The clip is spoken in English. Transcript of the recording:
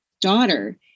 daughter